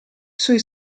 sui